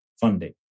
funding